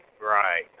right